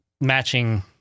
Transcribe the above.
matching